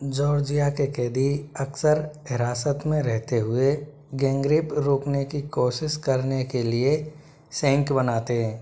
Georgia के कैदी अक्सर हिरासत में रहते हुए गैंग रेप रोकने की कोशिश करने के लिए सैंक बनाते हैं